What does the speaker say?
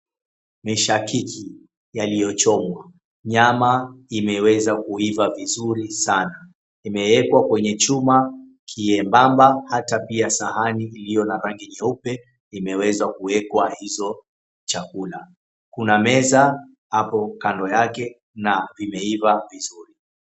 Mishakiki yaliyochomwa. Nyama imeweza kuiva vizuri sana, imewekwa kwenye chuma kiembamba hata pia sahani iliyo na rangi nyeupe imeweza kuwekwa hizo chakula. Kuna meza hapo kando yake na vimeiva vizuri.